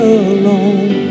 alone